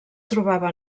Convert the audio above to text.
trobava